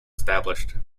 established